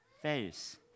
face